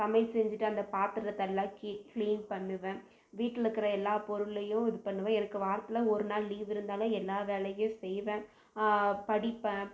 சமையல் செஞ்சுட்டு அந்த பாத்தரத்தை எல்லாம் கி கிளீன் பண்ணுவேன் வீட்டில் இருக்கிற எல்லாப்பொருளையும் இது பண்ணுவேன் எனக்கு வாரத்தில் ஒரு நாள் லீவு இருந்தாலே எல்லா வேலையும் செய்வேன் படிப்பேன்